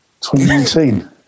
2019